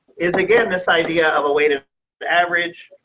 is again this idea of a weighted average.